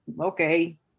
okay